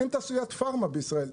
אין תעשיית פארמה בישראל,